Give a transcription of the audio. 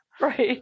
Right